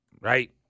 right